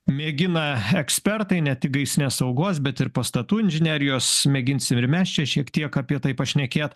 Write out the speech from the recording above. mėgina ekspertai ne tik gaisrinės saugos bet ir pastatų inžinerijos mėginsim ir mes čia šiek tiek apie tai pašnekėt